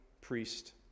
Priest